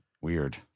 Weird